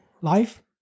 life